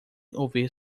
ouvir